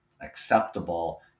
acceptable